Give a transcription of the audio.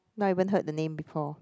not even heard the name before